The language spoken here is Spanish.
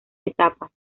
etapas